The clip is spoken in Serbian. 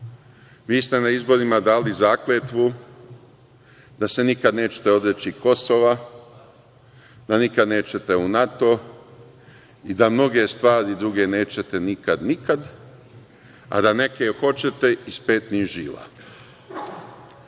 Vi ste na izborima dali zakletvu da se nikad nećete odreći Kosova, da nikad nećete u NATO i da mnoge stvari druge nećete nikad, nikad, a da neke hoćete iz petnih žila.